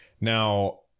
Now